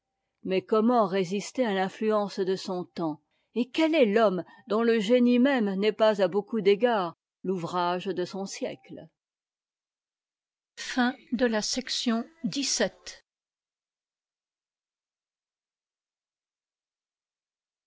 mais comment résister à l'influence de son temps et quel est l'homme dont le génie même n'est pas à beaucoup d'égards l'ouvrage de son siècle